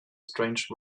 strange